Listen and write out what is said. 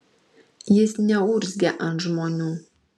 jis neurzgia ant žmonių